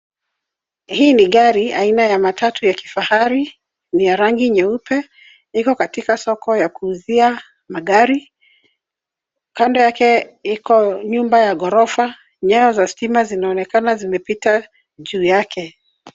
Hii ni gari aina ya matatu ya kifahari, ni ya rangi nyeupe; iko katika soko ya kuuzia magari. Kando yake iko nyumba ya ghorofa, nyaya za stima zinaonekana zimepita juu yake.